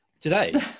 Today